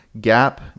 GAP